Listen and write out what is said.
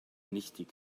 nichtig